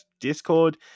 Discord